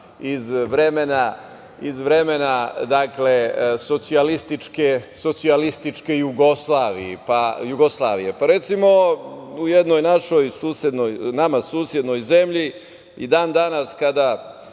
iz vremena socijalističke Jugoslavije. Pa, recimo, u jednoj nama susednoj zemlji i dan danas kada